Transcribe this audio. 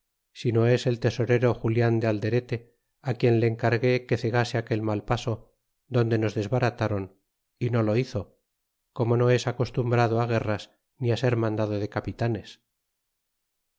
hacen sino es el tesorero julian de alderete á quien le encargué que cegase aquel mal paso donde nos desbaratron y no lo hizo como no es acostumbrado á guerras ni ser mandado de capitanes